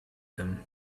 them